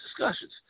discussions